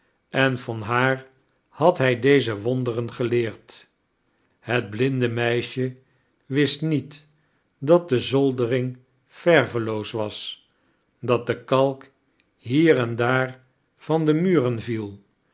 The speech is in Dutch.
en van haar had hij deze wonderen geleerd het blinde meisje wist niet dat de zoldering verveloos was dat de kalk hier en daar van de muren viel